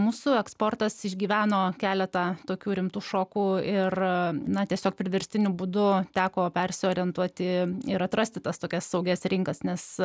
mūsų eksportas išgyveno keletą tokių rimtų šokų ir na tiesiog priverstiniu būdu teko persiorientuoti ir atrasti tas tokias saugias rinkas nes